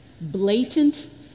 Blatant